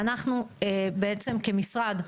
ואנחנו כמשרד,